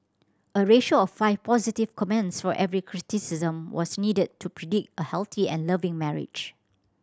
a ratio of five positive comments for every criticism was needed to predict a healthy and loving marriage